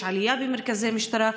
יש עלייה במרכזי משטרה,